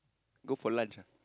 go for lunch ah